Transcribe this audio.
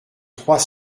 trois